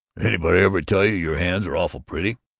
anybody ever tell you your hands are awful pretty?